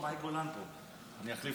אני אחליף